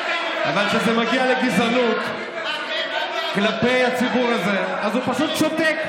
אבל כשזה מגיע לגזענות כלפי הציבור הזה אז הוא פשוט שותק,